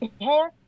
hair